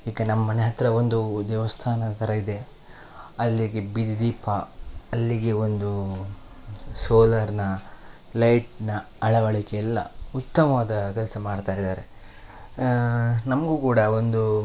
ಈಗ ನಮ್ಮನೆ ಹತ್ತಿರ ಒಂದು ದೇವಸ್ಥಾನದ ಥರ ಇದೆ ಅಲ್ಲಿಗೆ ಬೀದಿದೀಪ ಅಲ್ಲಿಗೆ ಒಂದು ಸೋಲರ್ನ ಲೈಟ್ನ ಅಳವಳಿಕೆ ಎಲ್ಲ ಉತ್ತಮವಾದದ ಕೆಲಸ ಮಾಡ್ತಾ ಇದ್ದಾರೆ ನಮಗೂ ಕೂಡ ಒಂದು